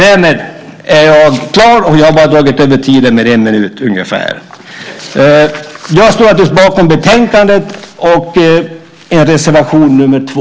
Jag står naturligtvis bakom förslagen i betänkandet och reservation nr 2.